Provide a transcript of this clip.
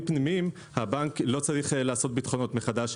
פנימיים הבנק לא צריך לעשות ביטחונות מחדש,